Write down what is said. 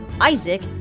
Isaac